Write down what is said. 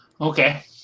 Okay